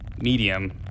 medium